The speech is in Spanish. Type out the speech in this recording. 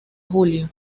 julio